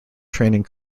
training